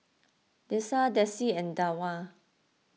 Dessa Desi and Dawna